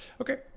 okay